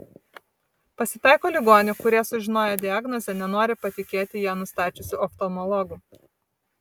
pasitaiko ligonių kurie sužinoję diagnozę nenori patikėti ją nustačiusiu oftalmologu